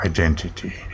Identity